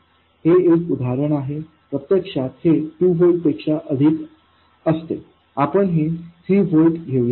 हे एक उदाहरण आहे प्रत्यक्षात हे 2 व्होल्ट पेक्षा अधिक असते आपण हे 3 व्होल्ट घेऊया